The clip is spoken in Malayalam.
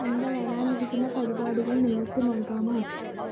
എന്റെ വരാനിരിക്കുന്ന പരിപാടികൾ നിങ്ങൾക്ക് നൽകാമോ